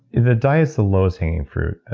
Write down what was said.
the diet's the lowest-hanging fruit. ah